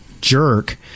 jerk